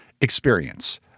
experience